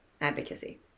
advocacy